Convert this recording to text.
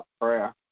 prayer